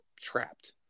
trapped